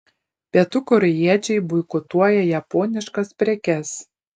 pietų korėjiečiai boikotuoja japoniškas prekes